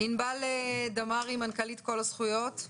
ענבל דמרי, מנכ"לית קול הזכויות.